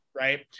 right